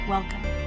Welcome